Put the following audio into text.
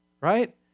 right